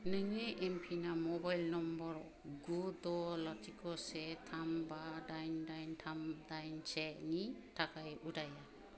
नोंनि एम पिनआ म'बाइल नम्बर गु द' लाथिख' से थाम बा दाइन दाइन थाम दाइन से नि थाखाय उदाया